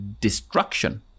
destruction